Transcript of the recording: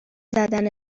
زدن